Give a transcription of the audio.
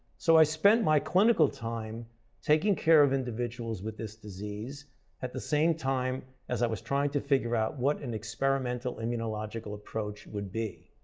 so i spent my clinical time taking care of individuals with this disease at the same time as i was trying to figure out what an experimental immunological approach would be.